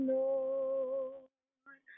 Lord